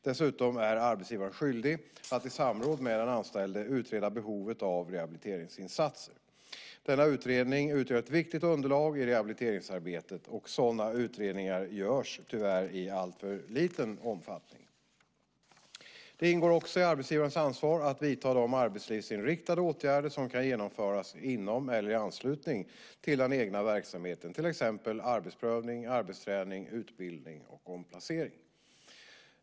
Dessutom är arbetsgivaren skyldig att i samråd med den anställde utreda behovet av rehabiliteringsinsatser. Denna utredning utgör ett viktigt underlag i rehabiliteringsarbetet. Sådana utredningar görs tyvärr i alltför liten omfattning. Det ingår också i arbetsgivarens ansvar att vidta de arbetslivsinriktade åtgärder som kan genomföras inom eller i anslutning till den egna verksamheten, till exempel arbetsprövning, arbetsträning, utbildning och omplacering.